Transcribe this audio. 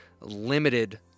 limited